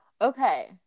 Okay